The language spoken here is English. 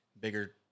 bigger